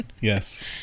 Yes